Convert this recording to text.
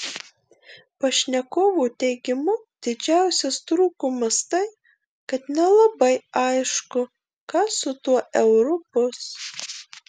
pašnekovo teigimu didžiausias trūkumas tai kad nelabai aišku kas su tuo euru bus